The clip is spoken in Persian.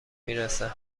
میرسد